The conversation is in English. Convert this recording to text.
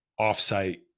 offsite